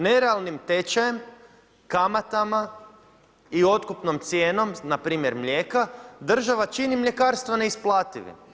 Nerealnim tečajem, kamatama i otkupnom cijenom na primjer mlijeka država čini mljekarstvo isplativim.